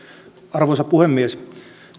arvoisa puhemies